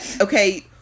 okay